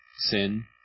sin